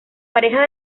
pareja